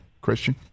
Christian